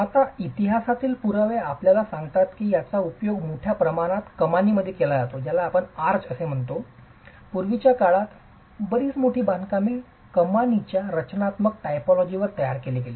आता इतिहासातील पुरावे आपल्याला सांगतात की याचा उपयोग मोठ्या प्रमाणात कमानीमध्ये केला जातो पूर्वीच्या काळात बरीच मोठी बांधकामे कमानीच्या रचनात्मक टायपोलॉजीवर तयार केली गेली